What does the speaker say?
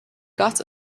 got